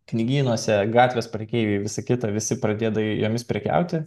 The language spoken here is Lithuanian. knygynuose gatvės prekeiviai visa kita visi pradeda jomis prekiauti